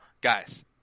Guys